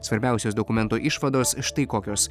svarbiausios dokumento išvados štai kokios